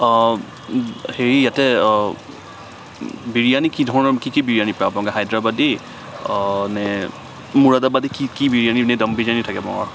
হেৰি ইয়াতে বিৰিয়ানী কি ধৰণৰ কি কি বিৰিয়ানী পাব হাইদৰাবাদী নে মোৰাদাবাদি কি কি বিৰিয়ানী এনে ডাম বিৰিয়ানী থাকে